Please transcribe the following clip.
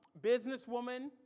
businesswoman